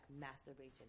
masturbation